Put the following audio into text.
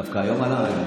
דווקא היום הבורסה